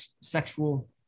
sexual